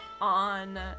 on